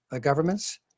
governments